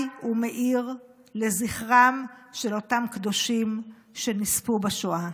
ומאיר לזכרם של אותם קדושים שנספו בשואה.